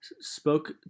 spoke